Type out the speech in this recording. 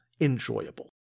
enjoyable